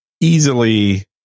easily